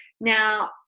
Now